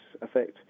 effect